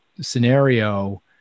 scenario